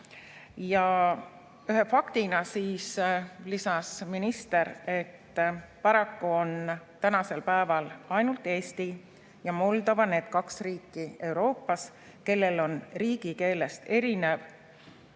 Ja ühe faktina lisas minister, et paraku on tänasel päeval ainult Eesti ja Moldova need kaks Euroopa riiki, kellel on riigikeelest erinev